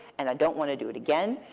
and i don't want to do it again.